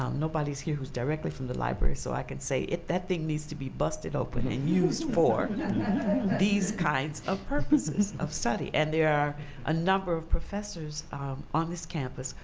um nobody's here who's directly from the library so i can say it, that thing needs to be busted open and used for these kinds of purposes of study. and there are a number of professors on this campus,